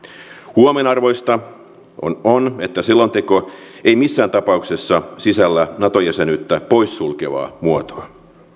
huomionarvoista on on että selonteko ei missään tapauksessa sisällä nato jäsenyyttä pois sulkevaa muotoa